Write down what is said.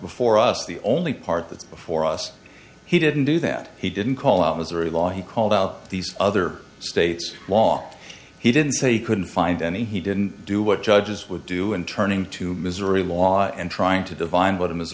before us the only part that's before us he didn't do that he didn't call out missouri law he called out these other states law he didn't say he couldn't find any he didn't do what judges would do and turning to missouri law and trying to divine